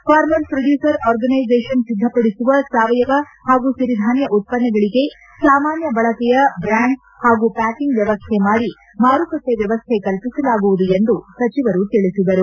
farmers producer organisation ಸಿದ್ದಪಡಿಸುವ ಸಾವಯವ ಹಾಗೂ ಸಿರಿಧಾನ್ಹ ಉತ್ಪನ್ನಗಳಿಗೆ ಸಾಮಾನ್ಹ ಬಳಕೆಯ ಬ್ರ್ಯಾಂಡ್ ಪಾಗೂ ಪ್ಯಾಕಿಂಗ್ ವ್ಯವಸ್ಥೆ ಮಾಡಿ ಮಾರುಕಟ್ಟಿ ವ್ಯವಸ್ಥೆ ಕಲ್ಪಿಸಲಾಗುವುದು ಎಂದು ಸಚಿವರು ತಿಳಿಸಿದರು